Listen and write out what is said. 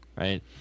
right